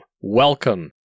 welcome